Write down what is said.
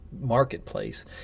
marketplace